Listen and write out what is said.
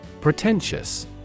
pretentious